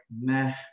meh